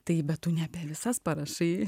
taip bet tu ne visas parašai